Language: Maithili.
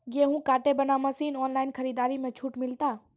गेहूँ काटे बना मसीन ऑनलाइन खरीदारी मे छूट मिलता?